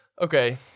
okay